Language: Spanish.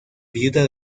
viuda